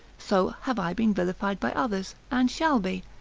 so have i been vilified by others, and shall be.